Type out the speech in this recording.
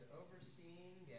overseeing